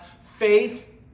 faith